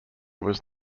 was